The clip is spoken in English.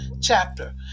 chapter